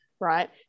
right